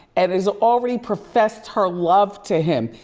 and has already professed her love to him.